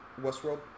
Westworld